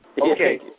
Okay